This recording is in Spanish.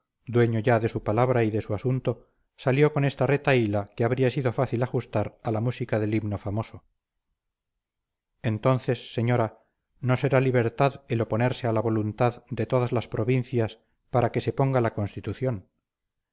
dueño ya de su palabra y de su asunto salió con esta retahíla que habría sido fácil ajustar a la música del himno famoso entonces señora no será libertad el oponerse a la voluntad de todas las provincias para que se ponga la constitución